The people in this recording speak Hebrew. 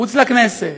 מחוץ לכנסת,